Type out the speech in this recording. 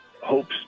hopes